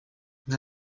nka